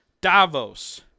davos